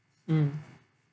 mm